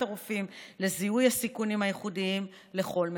הרופאים לזיהוי הסיכונים הייחודיים לכל מטופלת.